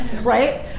right